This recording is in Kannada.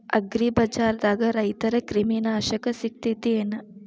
ಅಗ್ರಿಬಜಾರ್ದಾಗ ರೈತರ ಕ್ರಿಮಿ ನಾಶಕ ಸಿಗತೇತಿ ಏನ್?